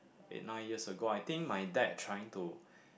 eight nine years ago I think my dad trying to